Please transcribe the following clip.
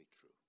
true